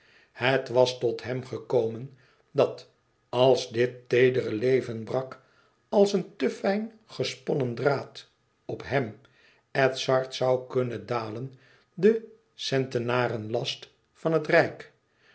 het was tot hem gekomen dat als dit teedere leven brak als een te fijn gesponnen draad op hem edzard zoû kunnen dalen de centenarenlast van het rijk